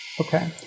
Okay